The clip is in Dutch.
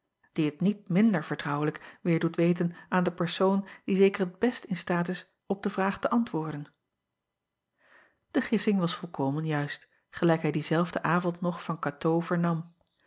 die t niet minder vertrouwelijk weêr doet weten aan de persoon die zeker t best in staat is op de vraag te antwoorden e gissing was volkomen juist gelijk hij dienzelfden avond nog van atoo